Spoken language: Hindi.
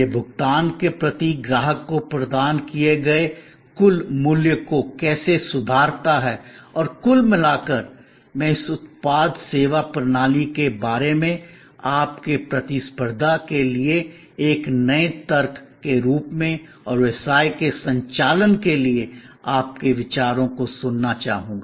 यह भुगतान के प्रति ग्राहक को प्रदान किए गए कुल मूल्य को कैसे सुधारता है और कुल मिलाकर मैं इस उत्पाद सेवा प्रणाली के बारे में आपके प्रतिस्पर्धा के लिए एक नए तर्क के रूप में और व्यवसाय के संचालन के लिए आपके विचारों को सुनना चाहूँगा